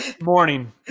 morning